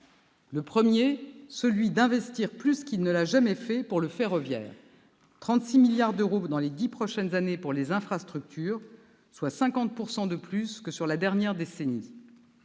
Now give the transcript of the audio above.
Le premier, celui d'investir plus qu'il ne l'a jamais fait pour le ferroviaire : 36 milliards d'euros dans les dix prochaines années pour les infrastructures, soit 50 % de plus que sur la dernière décennie.